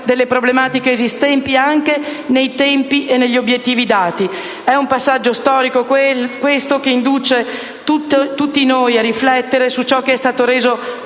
delle problematiche esistenti, nei tempi e negli obiettivi dati. È un passaggio storico questo, che induce tutti noi a riflettere su ciò che è stato reso